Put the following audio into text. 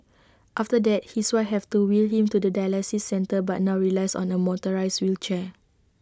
after that his wife have to wheel him to the dialysis centre but now relies on A motorised wheelchair